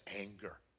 anger